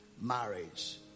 marriage